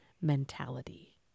mentality